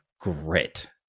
grit